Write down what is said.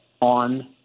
on